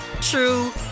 true